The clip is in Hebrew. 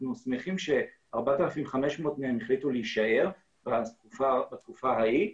אנחנו שמחים ש-4,500 מהם החליטו להישאר בתקופה ההיא,